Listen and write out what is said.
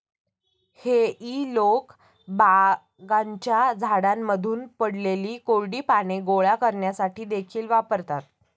हेई लोक बागांच्या झाडांमधून पडलेली कोरडी पाने गोळा करण्यासाठी देखील वापरतात